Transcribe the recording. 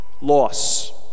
loss